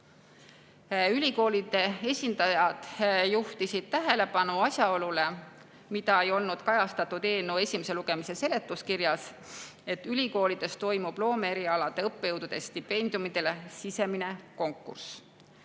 Ülikoolide esindajad juhtisid tähelepanu asjaolule, mida ei olnud kajastatud eelnõu esimese lugemise seletuskirjas: ülikoolides toimub loomeerialade õppejõudude stipendiumidele sisemine konkurss.